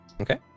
Okay